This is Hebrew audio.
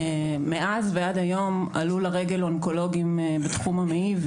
מאז ועד היום עלו אלינו לרגל אונקולוגיים בתחום המעי,